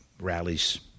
rallies